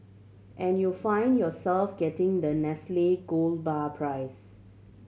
and you find yourself getting the Nestle gold bar prize